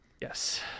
Yes